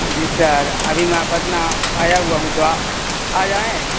جی sir ابھی میں پٹنہ آیا ہوا ہوں تو آ آ جائیں